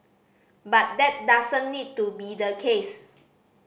but that doesn't need to be the case